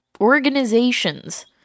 organizations